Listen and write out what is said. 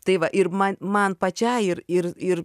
tai va ir man man pačiai ir ir ir